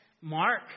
Mark